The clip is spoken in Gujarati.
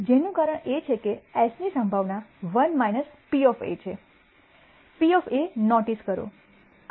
જેનું કારણ એ છે કે S ની સંભાવના 1 P છે P નોટિસ કરો